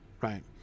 right